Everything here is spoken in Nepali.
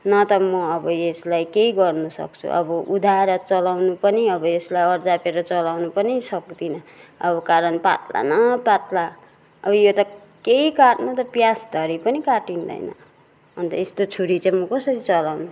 न त म अब यसलाई केही गर्नु सक्छु अब उधाएर चलाउनु पनि अब यसलाई अर्जापेर चलाउनु पनि सक्दिनँ अब कारण पातला न पातला अब यो त केही काट्नु त प्यास धरी पनि काटिन्दैन अन्त यस्तो छुरी चाहिँ म कसरी चलाउनु